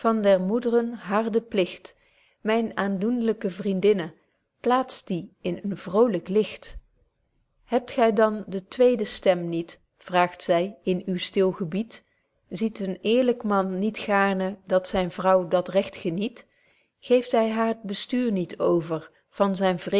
der moedren harden pligt myn aandoenlyke vriendinne plaatst dien in een vrolyk licht hebt gy dan de tweede stem niet vraagt zy in uw stil gebied ziet een eerlyk man niet gaarne dat zyn vrouw dat recht geniet geeft hy haar t bestuur niet over van zyn